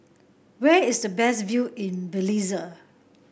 where is the best view in Belize